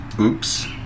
oops